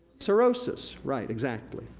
cirrhosis, right exactly.